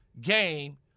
game